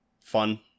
fun